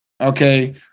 okay